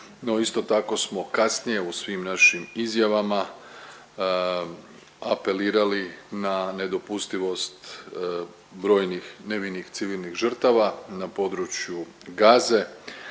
isto tako smo kasnije u svim našim izjavama apelirali na nedopustivost brojnih nevinih civilnih žrtava na području Gaze,